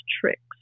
tricks